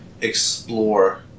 explore